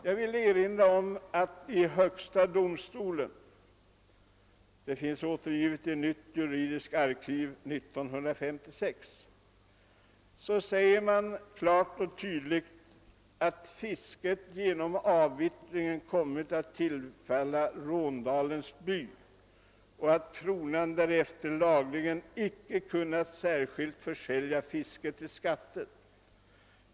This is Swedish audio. Jag vill då erinra om ett avgörande i högsta domstolen, refererat i Nytt Juridiskt Arkiv 1956, i vilket det tydligt och klart säges, »att fisket genom avvittringen kommit att tillfalla Råndalens by, och att Kronan därefter lagligen icke kunnat särskilt försälja fisket till skatte.